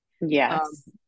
Yes